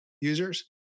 users